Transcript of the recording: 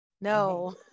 no